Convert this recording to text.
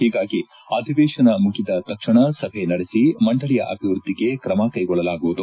ಹೀಗಾಗಿ ಅಧಿವೇಶನ ಮುಗಿದ ತಕ್ಷಣ ಸಭೆ ನಡೆಸಿ ಮಂಡಳಿಯ ಅಭಿವೃದ್ಧಿಗೆ ಕ್ರಮಕ್ಕೆಗೊಳ್ಳಲಾಗುವುದು